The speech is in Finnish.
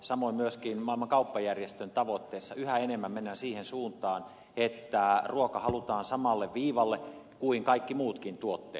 samoin myöskin maailman kauppajärjestön tavoitteessa yhä enemmän mennään siihen suuntaan että ruoka halutaan samalle viivalle kuin kaikki muutkin tuotteet